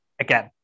again